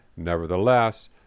Nevertheless